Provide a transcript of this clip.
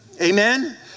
Amen